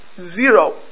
Zero